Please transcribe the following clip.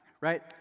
Right